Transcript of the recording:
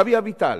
גבי אביטל,